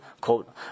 quote